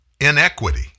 inequity